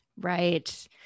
Right